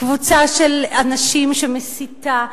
קבוצה של אנשים שמסיתה.